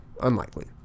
unlikely